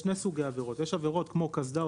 שני סוגי עבירות: יש עבירות כמו קסדה,